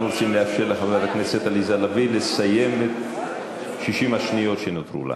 אנחנו רוצים לאפשר לחברת הכנסת עליזה לסיים את 60 השניות שנותרו לה,